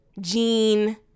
gene